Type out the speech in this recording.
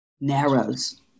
narrows